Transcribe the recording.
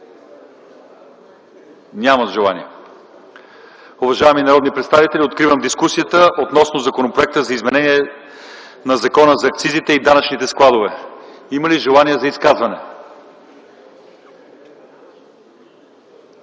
Няма желание. Уважаеми народни представители, откривам дискусията относно Законопроекта за изменение и допълнение на Закона за акцизите и данъчните складове. Има ли желание за изказване?